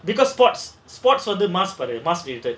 because sports sports of வந்து:vandhu mass